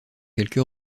quelque